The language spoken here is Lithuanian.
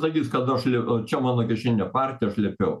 sakys kad aš lie čia mano kišeninė partija aš liepiau